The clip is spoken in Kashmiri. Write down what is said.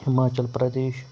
ہِماچَل پردیش